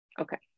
Okay